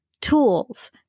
tools